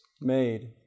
made